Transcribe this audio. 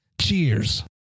Cheers